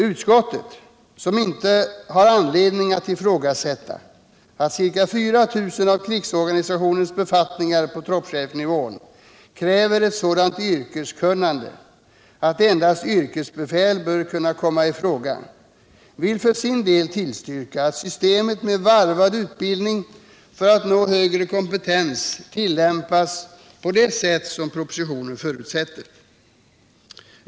Utskottet — som inte har anledning att ifrågasätta att ca 4000 av krigsorganisationens befattningar på troppchefsnivån kräver ett sådant yrkeskunnande att endast yrkesbefäl bör komma i fråga — vill för sin del tillstyrka att systemet med varvad utbildning för att nå högre kompetens tillämpas på det sätt som propositionen förutsätter.